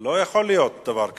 לא יכול להיות דבר כזה.